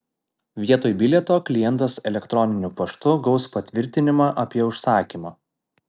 vietoj bilieto klientas elektroniniu paštu gaus patvirtinimą apie užsakymą